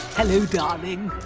hello, darling.